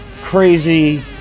crazy